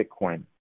Bitcoin